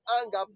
anger